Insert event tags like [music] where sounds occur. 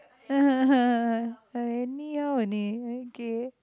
[noise] I anyhow only okay